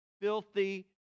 filthy